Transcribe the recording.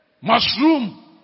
mushroom